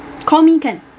call me can